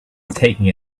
taking